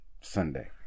Sunday